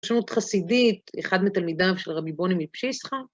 פרשנות חסידית, אחד מתלמידיו של רבי בוני מפשיסחה.